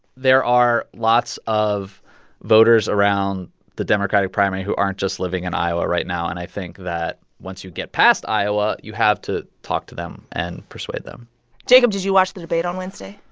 there are lots of voters around the democratic primary who aren't just living in iowa right now. and i think that once you get past iowa, you have to talk to them and persuade them jacob, did you watch the debate on wednesday?